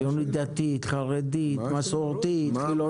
הציונית-דתית, חרדית, מסורתית, חילונית.